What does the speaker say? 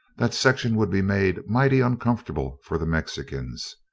that section would be made mighty uncomfortable for the mexicans.